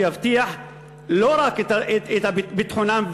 שיבטיח לא רק את ביטחונם,